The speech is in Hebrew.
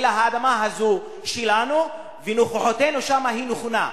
אלא האדמה הזאת שלנו ונוכחותנו שלנו היא נכונה.